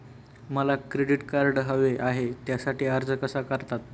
मला credit card हवे आहे त्यासाठी अर्ज कसा करतात?